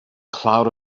cloud